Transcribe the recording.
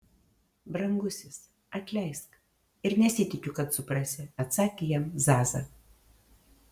brangusis atleisk ir nesitikiu kad suprasi atsakė jam zaza